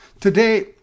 today